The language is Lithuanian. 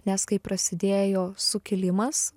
nes kai prasidėjo sukilimas